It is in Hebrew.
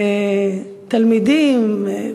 תלמידים,